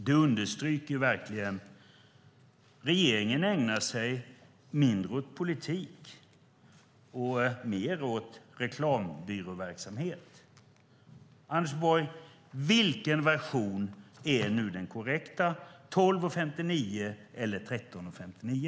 Det understryker verkligen att regeringen ägnar sig mindre åt politik och mer åt reklambyråverksamhet. Anders Borg! Vilken version är den korrekta, 12.59 eller 13.59?